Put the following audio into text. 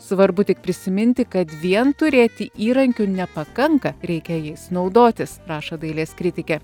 svarbu tik prisiminti kad vien turėti įrankių nepakanka reikia jais naudotis rašo dailės kritikė